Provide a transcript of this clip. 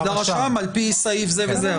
לרשם על פי סעיף זה וזה,